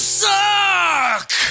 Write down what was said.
suck